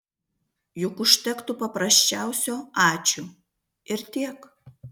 juk užtektų paprasčiausio ačiū ir tiek